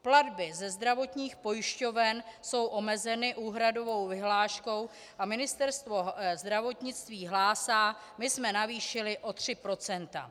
Platby ze zdravotních pojišťoven jsou omezeny úhradovou vyhláškou a Ministerstvo zdravotnictví hlásá: My jsme navýšili o 3 %.